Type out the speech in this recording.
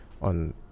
on